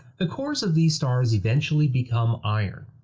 the cores of these stars eventually become iron.